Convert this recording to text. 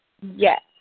Yes